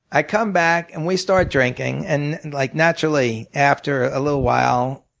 i come back and we start drinking and and like naturally, after a little while,